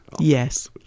yes